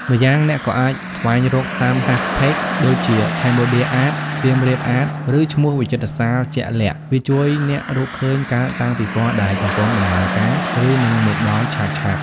ម្យ៉ាងអ្នកក៏អាចស្វែងរកតាម ហាសថេក ដូចជាខេមបូឌៀអាត សៀមរាបអាត ឬឈ្មោះវិចិត្រសាលជាក់លាក់ វាជួយអ្នករកឃើញការតាំងពិពណ៌ដែលកំពុងដំណើរការ ឬនឹងមកដល់ឆាប់ៗ។